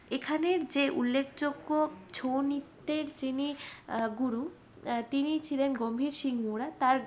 এখানের যে উল্লেখযোগ্য ছৌ নৃত্যের যিনি গুরু তিনি ছিলেন গম্ভীর সিংহ মুড়া তার